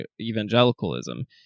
evangelicalism